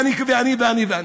ואני ואני ואני.